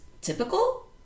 typical